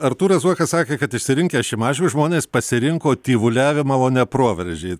artūras zuokas sakė kad išsirinkę šimašių žmonės pasirinko tyvuliavimą o ne proveržį